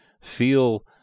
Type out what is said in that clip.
feel